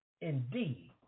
indeed